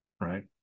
right